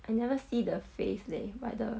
I never see the face leh but the